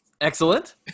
Excellent